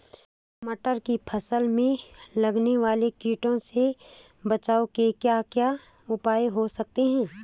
मटर की फसल में लगने वाले कीड़ों से बचाव के क्या क्या उपाय हो सकते हैं?